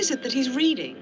is it that he's reading